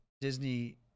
Disney